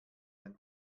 ein